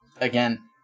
Again